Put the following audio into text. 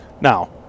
now